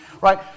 Right